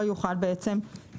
לא יוכל להתמזג.